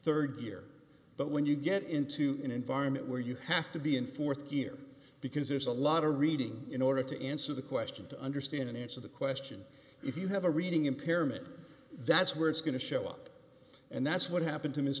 to rd gear but when you get into an environment where you have to be in th gear because there's a lot of reading in order to answer the question to understand and answer the question if you have a reading impairment that's where it's going to show up and that's what happened to hi